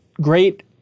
great